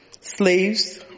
slaves